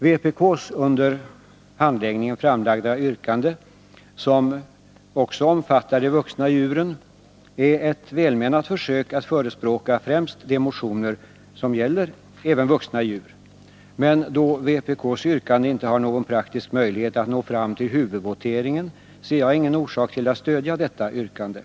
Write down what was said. Vpk:s under överläggningen framlagda yrkande, som också omfattar de vuxna djuren, är ett väl menat försök att förespråka främst motioner som gäller vuxna djur. Men då vpk:s yrkande inte har någon Nr 37 praktisk möjlighet att nå fram till huvudvoteringen, ser jag ingen orsak att Torsdagen den stödja detta yrkande.